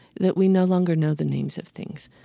that we no longer know the names of things.